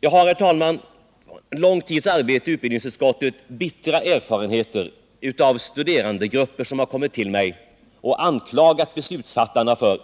Jag har, herr talman, efter lång tids arbete i utbildningsutskottet bittra erfarenheter av studerandegrupper som har kommit till mig och anklagat oss Nr 61 beslutsfattare för